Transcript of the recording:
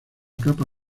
capa